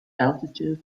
altitude